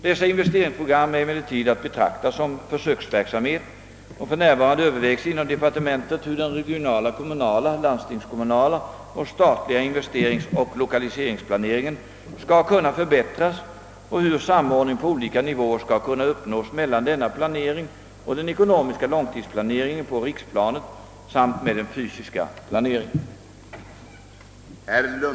Dessa investeringsprogram är emellertid att betrakta som försöksverksamhet, och det övervägs inom inrikesdepartementet hur den regionala-kommunala, landstingskommunala och statliga investeringsoch = lokaliseringsplaneringen skall kunna förbättras och hur samordning på olika nivåer skall kunna uppnås mellan denna planering och den ekonomiska långtidsplaneringen på riksplanet samt med den fysiska planeringen.